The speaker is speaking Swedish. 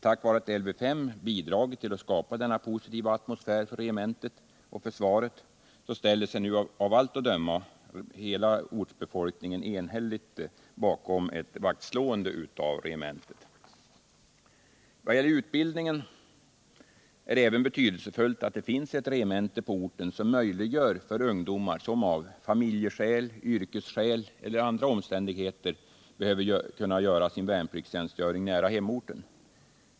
Tack vare att Lv 5 bidragit till att skapa denna positiva atmosfär för regementet och försvaret ställer nu av allt att döma befolkningen enhälligt upp i vaktslåendet om regementet. Vad gäller utbildningen är det även betydelsefullt att det finns ett regemente på orten som möjliggör för ungdomar att av familjeskäl, yrkesskäl eller andra skäl göra sin värnpliktstjänstgöring nära hemorten.